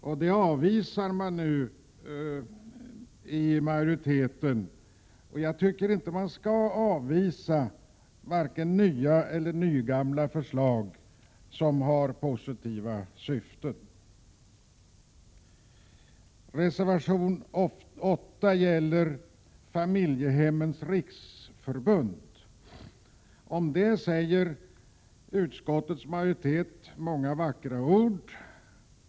Majoriteten avstyrker det. Jag tycker inte att man skall avvisa vare sig nya eller nygamla förslag som har positiva syften. Reservation 8 gäller Familjehemmens riksförbund. Utskottets majoritet säger många vackra ord om detta.